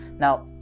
Now